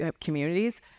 communities